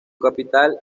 capital